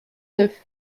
neuf